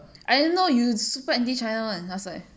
I didn't know you super anti-china [one] last time